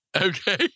Okay